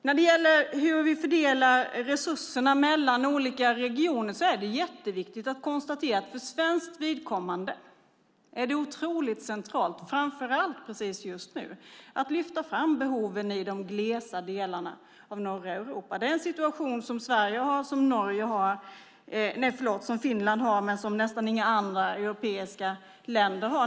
När det gäller hur vi fördelar resurserna mellan olika regioner är det jätteviktigt att konstatera att det för svenskt vidkommande just nu är centralt att lyfta fram behoven i de glesbebyggda delarna av norra Europa. Det är en situation som Sverige och Finland har men som nästan inte finns i andra europeiska länder.